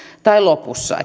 tai lopussa